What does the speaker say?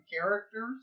characters